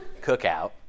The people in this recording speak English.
cookout